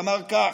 ואמר כך: